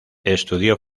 estudió